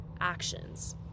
actions